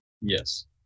Yes